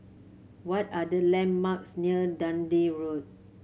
what are the landmarks near Dundee Road